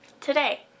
Today